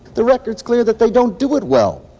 the record's clear that they don't do it well.